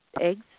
Eggs